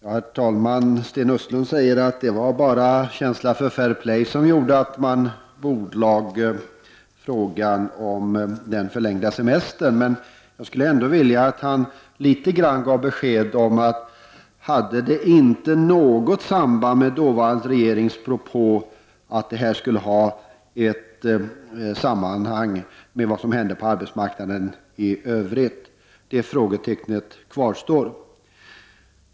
Herr talman! Sten Östlund säger att det bara var känslan för fair play som gjorde att man bordlade frågan om den förlängda semestern. Men jag skulle ändå vilja att han gav åtminstone något besked om huruvida det inte hade något samband med den dåvarande regeringens propå om att det här skulle ha ett samband med vad som hände på arbetsmarknaden i övrigt. Det frågetecknet kvarstår.